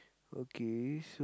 okay so